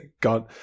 God